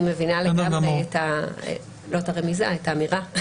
אני מבינה לגמרי, לא את הרמיזה, את האמירה.